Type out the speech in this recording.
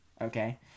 okay